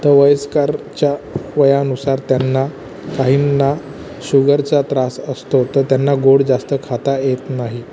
तर वयस्करच्या वयानुसार त्यांना काहींना शुगरचा त्रास असतो तर त्यांना गोड जास्त खाता येत नाही